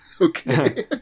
okay